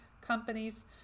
companies